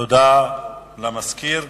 תודה למזכיר.